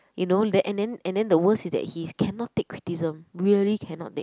you know l~ and then and then the worst is that he cannot take criticism really cannot take